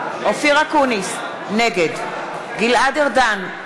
אקוניס, נגד גלעד ארדן,